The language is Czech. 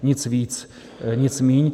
Nic víc, nic míň.